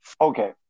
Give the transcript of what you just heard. Okay